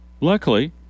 luckily